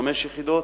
חמש יחידות.